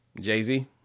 Jay-Z